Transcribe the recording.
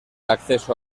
acceso